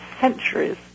centuries